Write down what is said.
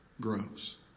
grows